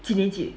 几年级